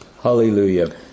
Hallelujah